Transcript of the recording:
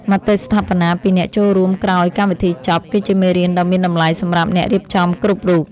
មតិស្ថាបនាពីអ្នកចូលរួមក្រោយកម្មវិធីចប់គឺជាមេរៀនដ៏មានតម្លៃសម្រាប់អ្នករៀបចំគ្រប់រូប។